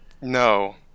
No